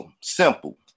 simple